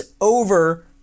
over